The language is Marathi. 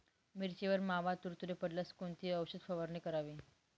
मिरचीवर मावा, तुडतुडे पडल्यास कोणती औषध फवारणी करावी?